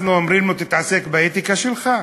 אנחנו אומרים לו: תתעסק באתיקה שלך?